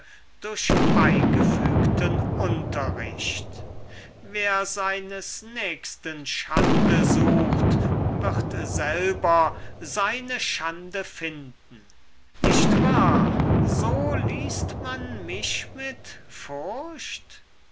durch beigefügten unterricht wer seines nächsten schande sucht wird selber seine schande finden nicht wahr so liest man mich mit frucht